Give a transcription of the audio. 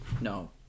no